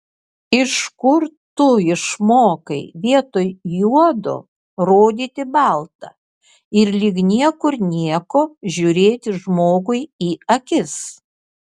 iš kur tu išmokai vietoj juodo rodyti balta ir lyg niekur nieko žiūrėti žmogui į akis